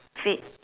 fad